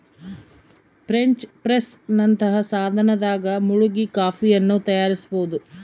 French press ನಂತಹ ಸಾಧನದಾಗ ಮುಳುಗಿ ಕಾಫಿಯನ್ನು ತಯಾರಿಸಬೋದು